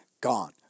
gone